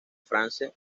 france